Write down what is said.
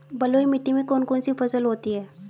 बलुई मिट्टी में कौन कौन सी फसल होती हैं?